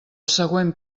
següent